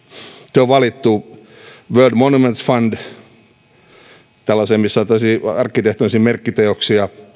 on valittu world monuments fund listoille tällaiseen missä on tällaisia arkkitehtonisia merkkiteoksia